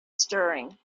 stirring